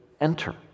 enter